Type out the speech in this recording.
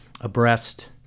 abreast